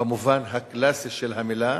במובן הקלאסי של המלה,